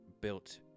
built